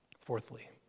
Fourthly